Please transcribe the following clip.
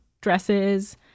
dresses